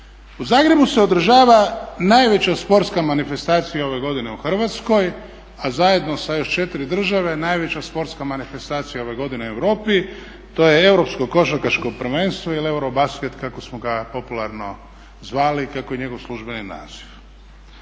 U Zagrebu se održava najveća sportska manifestacija ove godine u Hrvatskoj, a zajedno sa još 4 države najveća sportska manifestacija ove godine u Europi to je europsko košarkaško prvenstvo ili EUROBASKET kako smo ga popularno zvali, kako je njegov službeni naziv.